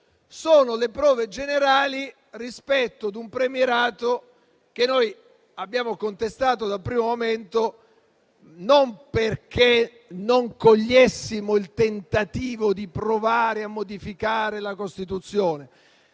siano le prove generali rispetto ad un premierato che noi abbiamo contestato dal primo momento non perché non cogliessimo il tentativo di provare a modificare la Costituzione,